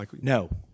No